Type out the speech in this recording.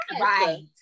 Right